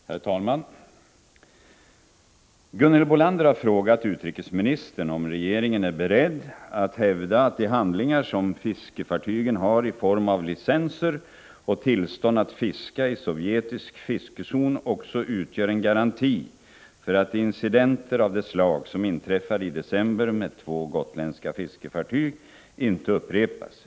Herr talman! Gunhild Bolander har frågat utrikesministern om regeringen är beredd att hävda att de handlingar som fiskefartygen har i form av licenser och tillstånd att fiska i sovjetisk fiskezon också utgör en garanti för att incidenter av det slag som inträffade i december med två gotländska fiskefartyg inte upprepas.